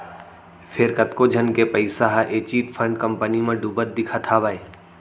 फेर कतको झन के पइसा ह ए चिटफंड कंपनी म डुबत दिखत हावय